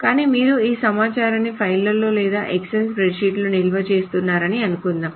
కానీ మీరు ఈ సమాచారాన్ని ఫైల్లో లేదా ఎక్సెల్ స్ప్రెడ్షీట్లో నిల్వ చేస్తున్నారని అనుకుందాం